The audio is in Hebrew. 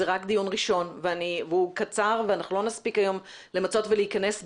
זה רק דיון ראשון והוא קצר ואנחנו לא נספיק היום למצות ולהיכנס באמת,